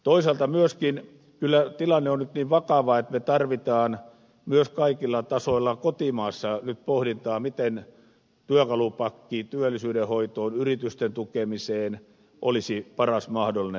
toisaalta myöskin kyllä tilanne on nyt niin vakava että me tarvitsemme myös kaikilla tasoilla kotimaassa nyt sen pohdintaa mikä työkalupakki työllisyyden hoitoon yritysten tukemiseen olisi paras mahdollinen